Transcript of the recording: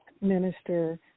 Minister